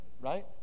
right